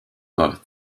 both